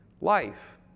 life